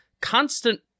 constant